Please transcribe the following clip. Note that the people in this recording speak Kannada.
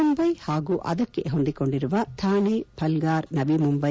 ಮುಂಬೈ ಹಾಗೂ ಅದಕ್ಕೆ ಹೊಂದಿಕೊಂಡಿರುವ ಥಾಣೆ ಪಲ್ಗಾರ್ ನವಿಮುಂಬೈ